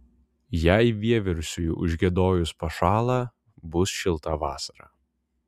jei vieversiui užgiedojus pašąla bus šilta vasara